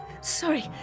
Sorry